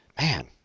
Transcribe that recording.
Man